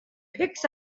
picks